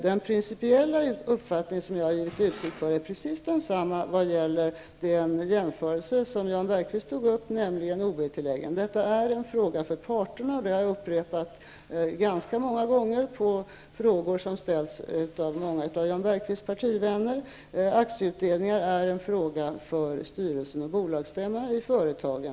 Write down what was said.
Den principiella uppfattning som jag har givit uttryck för här är precis densamma som när det gäller OB-tilläggen, som Jan Bergqvist jämförde med: Detta är en fråga för parterna. Det har jag upprepat ganska många gånger på frågor som ställts av många av Jan Bergqvists partivänner. Aktieutdelningen är en fråga för styrelsen och bolagsstämman i företaget.